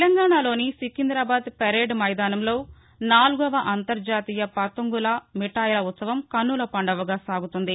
తెలంగాణాలోని సికిందాబాద్ పరేడ్ మైదానంలో నాలుగవ అంతర్జాతీయ పతంగుల మిఠాయిల ఉత్సవం కన్నుంపండువగా సాగుతోంది